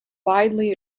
widely